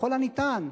ככל הניתן,